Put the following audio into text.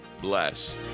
bless